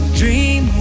dream